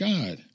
God